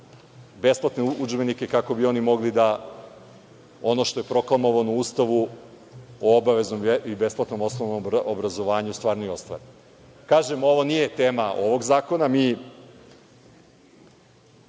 besplatne udžbenike kako bi oni mogli da ono što je proklamovano u Ustavu o obavezno i besplatnom osnovnom obrazovanju stvarno i ostvare? Kažem da ovo nije tema ovog zakona.